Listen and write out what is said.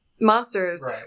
monsters